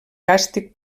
càstig